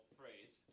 phrase